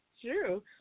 true